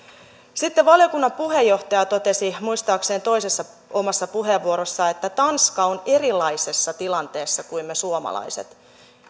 sitten valiokunnan puheenjohtaja totesi muistaakseni toisessa omassa puheenvuorossaan että tanska on erilaisessa tilanteessa kuin me suomalaiset